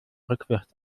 rückwärts